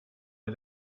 der